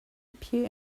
appear